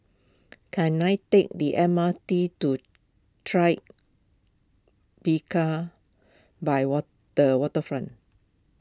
can I take the M R T to Tribeca by the Waterfront